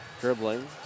dribbling